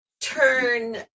turn